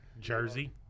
Jersey